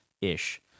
ish